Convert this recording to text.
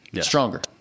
stronger